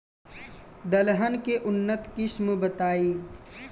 दलहन के उन्नत किस्म बताई?